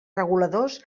reguladors